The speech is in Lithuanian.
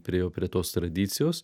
priėjo prie tos tradicijos